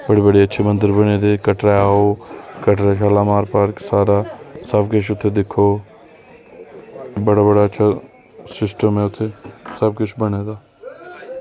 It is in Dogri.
हुन में ते सारे लोकें ई आखना जे भूमी दा मंदर ऐ इक